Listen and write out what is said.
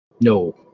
No